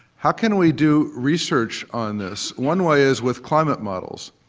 how can we do research on this? one way is with climate models.